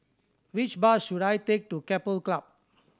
which bus should I take to Keppel Club